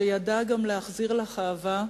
שידע גם להחזיר לך אהבה,